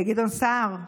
גדעון סער,